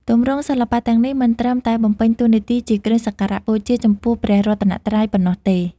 ទម្រង់សិល្បៈទាំងនេះមិនត្រឹមតែបំពេញតួនាទីជាគ្រឿងសក្ការបូជាចំពោះព្រះរតនត្រ័យប៉ុណ្ណោះទេ